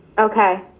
okay.